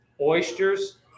Oysters